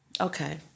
Okay